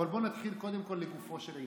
אבל בואו נתחיל קודם כל לגופו של עניין.